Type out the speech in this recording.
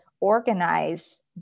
organize